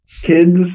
kids